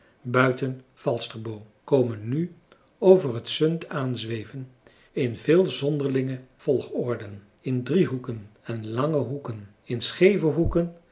buiten falsterbo komen nu over het sund aanzweven in veel zonderlinge volgorden in driehoeken en lange hoeken in scheeve hoeken